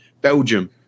Belgium